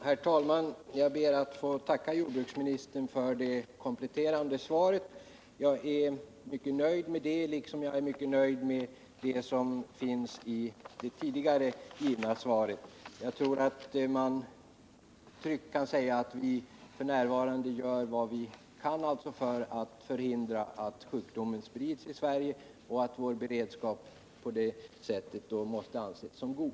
Herr talman! Jag ber att få tacka jordbruksministern för det kompletterande svaret. Jag är mycket nöjd med det liksom med det som meddelades i det tidigare givna svaret. Jag tror att man tryggt kan säga att vi f. n. gör vad vi kan för att förhindra att rabies sprids till Sverige och att vår beredskap i så måtto måste anses som god.